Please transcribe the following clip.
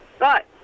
Right